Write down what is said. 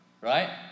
right